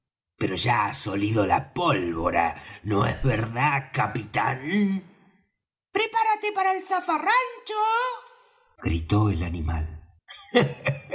pero ya has olido la pólvora no es verdad capitán prepárate para el zafarrancho gritó el animal